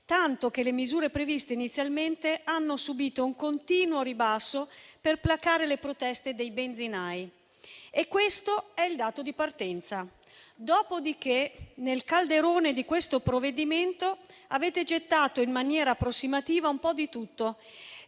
tanto che le misure previste inizialmente hanno subito un continuo ribasso per placare le proteste dei benzinai e questo è il dato di partenza. Dopodiché, nel calderone di questo provvedimento, avete gettato in maniera approssimativa un po' di tutto,